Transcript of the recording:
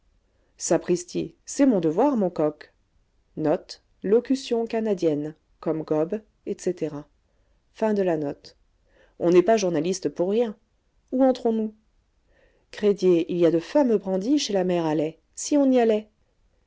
sapristi c'est mon devoir mon coq on n'est pas journaliste pour rien où nous crédit il y a de fameux brandy chez la mère halley si on y allait